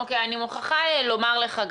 אני מוכרחה לומר לך,